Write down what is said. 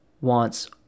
wants